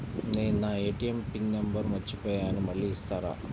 నేను నా ATM pin number మర్చిపోయాను మళ్ళీ ఇస్తారా?